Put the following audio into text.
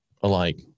alike